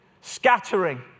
scattering